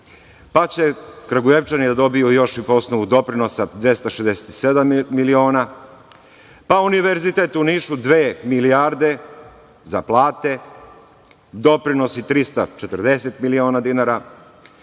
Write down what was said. Kragujevčani će da dobiju još po osnovu doprinosa 267 miliona. Univerzitet u Nišu dve milijarde za plate, doprinosi 340 miliona dinara.